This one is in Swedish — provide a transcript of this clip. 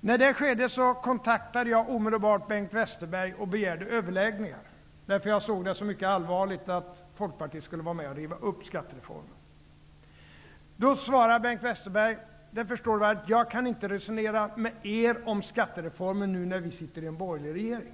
När det skedde kontaktade jag omedelbart Bengt Westerberg och begärde överläggningar. Jag såg det nämligen som mycket allvarligt att Folkpartiet skulle vara med och riva upp skattereformen. Då svarade Bengt Westerberg: Du förstår väl att jag inte kan resonera med er om skattereformen nu när vi sitter i en borgerlig regering.